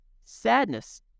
Sadness